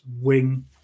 wing